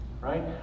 right